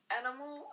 animal